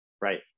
Right